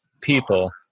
people –